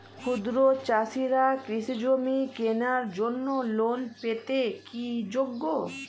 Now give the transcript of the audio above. ক্ষুদ্র চাষিরা কৃষিজমি কেনার জন্য লোন পেতে কি যোগ্য?